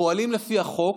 פועלים לפי החוק,